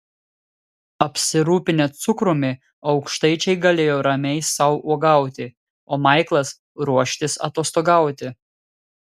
apsirūpinę cukrumi aukštaičiai galėjo ramiai sau uogauti o maiklas ruoštis atostogauti